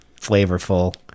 flavorful